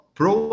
pro